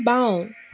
বাওঁ